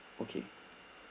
okay